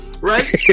right